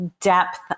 depth